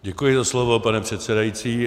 Děkuji za slovo, pane předsedající.